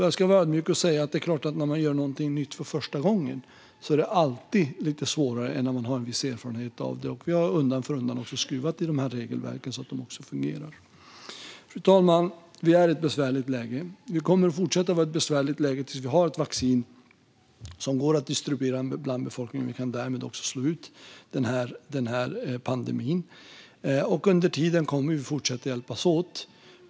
Jag ska vara ödmjuk och säga att det är klart att det alltid är lite svårare när man gör något nytt för första gången än när man har en viss erfarenhet av det. Vi har undan för undan skruvat i regelverken, så att de ska fungera. Fru talman! Vi är i ett besvärligt läge. Vi kommer att fortsätta vara i ett besvärligt läge tills vi har ett vaccin som går att distribuera bland befolkningen, så att vi kan slå ut pandemin. Under tiden kommer vi att fortsätta att hjälpas åt.